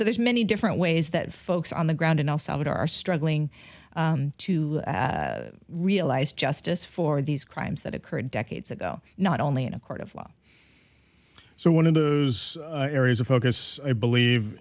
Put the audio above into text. so there's many different ways that folks on the ground in el salvador are struggling to realize justice for these crimes that occurred decades ago not only in a court of law so one of the areas of focus i believe